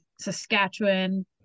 Saskatchewan